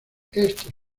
estos